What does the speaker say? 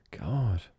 God